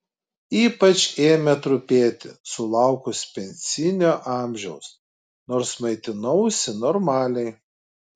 ypač ėmė trupėti sulaukus pensinio amžiaus nors maitinausi normaliai